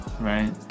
right